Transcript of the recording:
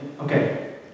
Okay